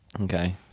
Okay